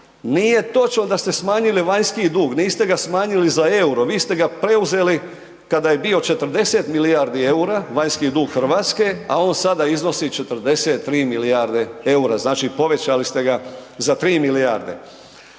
Nije točno da ste smanjili vanjski dug, niste ga smanjili za euro, vi ste ga preuzeli kada je bio 40 milijardi eura, vanjski dug Hrvatske, a on sada iznosi 43 milijarde eura, znači povećali ste ga za 3 milijarde.